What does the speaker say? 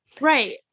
Right